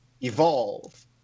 evolve